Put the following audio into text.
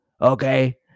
Okay